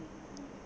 一种一种